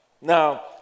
Now